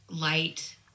light